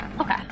Okay